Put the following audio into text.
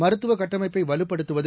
மருத்துவ கட்டமைப்பை வலுப்படுத்துவது